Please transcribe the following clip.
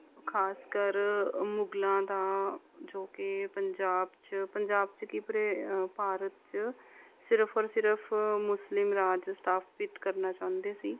ਖਾਸਕਰ ਮੁਗਲਾਂ ਦਾ ਜੋ ਕਿ ਪੰਜਾਬ 'ਚ ਪੰਜਾਬ 'ਚ ਕੀ ਪੂਰੇ ਭਾਰਤ 'ਚ ਸਿਰਫ਼ ਔਰ ਸਿਰਫ਼ ਮੁਸਲਿਮ ਰਾਜ ਸਥਾਪਿਤ ਕਰਨਾ ਚਾਹੁੰਦੇ ਸੀ